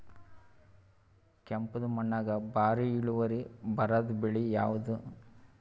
ಕೆಂಪುದ ಮಣ್ಣಾಗ ಭಾರಿ ಇಳುವರಿ ಬರಾದ ಬೆಳಿ ಯಾವುದು?